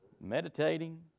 meditating